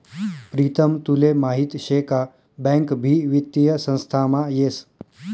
प्रीतम तुले माहीत शे का बँक भी वित्तीय संस्थामा येस